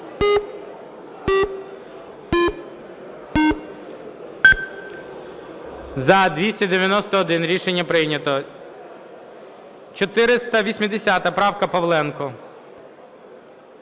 За-291 Рішення прийнято. 480 правка, Павленко.